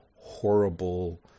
horrible